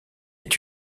est